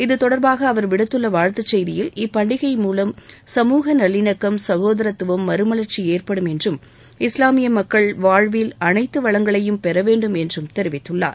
இத்தொடர்பாக அவர் விடுத்துள்ள வாழ்த்துச்செய்தியில் இப்பண்டிகை மூவம் சமூக நல்லிணக்கம் சகோதாரத்துவம் மறுமலர்ச்சி ஏற்படும் என்றும் இஸ்லாமிய மக்களின் வாழ்வில் அனைத்து வளங்களையும் பெறவேண்டும் என்று தாம் பிரார்த்திப்பதாகவும் தெரிவித்துள்ளார்